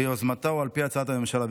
ביוזמתה או על פי הצעת הממשלה,